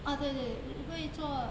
ah 对对对会做